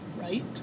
right